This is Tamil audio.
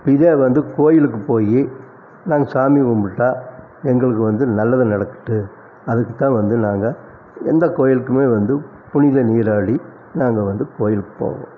இதே வந்து கோயிலுக்கு போய் நாங்கள் சாமி கும்பிட்டா எங்களுக்கு வந்து நல்லது நடக்கட்டும் அதுக்கு தான் வந்து நாங்கள் எந்த கோயிலுக்கும் வந்து புனித நீராடி நாங்கள் வந்து கோயிலுக்கு போவோம்